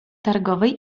targowej